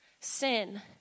sin